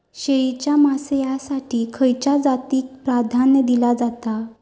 शेळीच्या मांसाएसाठी खयच्या जातीएक प्राधान्य दिला जाता?